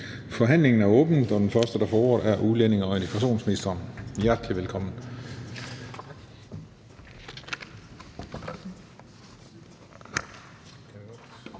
Forhandlingen er åbnet. Den første, der får ordet, er udlændinge- og integrationsministeren. Hjertelig velkommen.